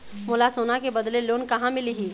मोला सोना के बदले लोन कहां मिलही?